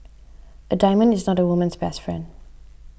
a diamond is not a woman's best friend